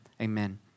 amen